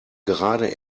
gerade